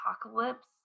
apocalypse